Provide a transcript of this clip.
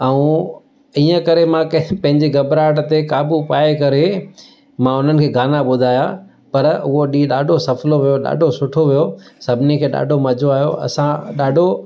ऐं ईअं करे मां कंहिं पंहिंजी घॿराहट ते क़ाबू पाए करे मां हुननि के गाना ॿुधाया पर हू ॾींहुं ॾाढो सफलो वियो ॾाढो सुठो वियो सभिनी खे ॾाढो मज़ो आयो असां ॾाढो